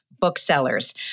booksellers